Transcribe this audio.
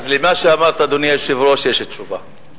אז למה שאמרת, אדוני היושב-ראש, יש תשובה.